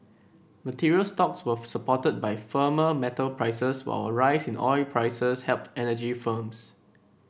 materials stocks were supported by firmer metal prices while a rise in oil prices helped energy firms